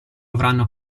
avranno